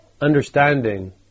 Understanding